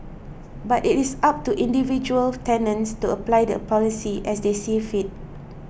but it is up to individual tenants to apply the policy as they see fit